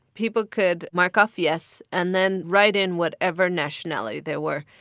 people could mark off yes and then write in whatever nationality they were.